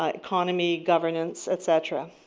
ah economy, governance, et cetera.